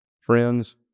Friends